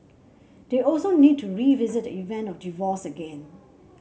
they also need to revisit the event of divorce again